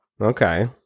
okay